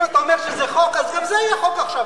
אם אתה אומר שזה חוק אז גם זה יהיה חוק עכשיו,